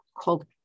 called